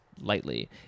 lightly